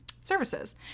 services